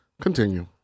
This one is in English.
Continue